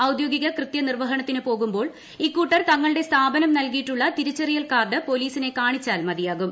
ഔദ്യോഗിക കൃത്യനിർവ്വഹണത്തിനു പോകുമ്പോൾ ഇക്കൂട്ടർ തങ്ങളുടെ സ്ഥാപനം നൽകിയിട്ടുള്ള തിരിച്ചറിയൽ കാർഡ് പൊലീസിനെ കാണിച്ചാൽ മതിയാകും